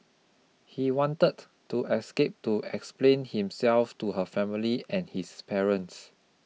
he wanted to escape to explain himself to her family and his parents